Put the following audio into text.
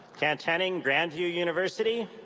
kent henning, grand view university.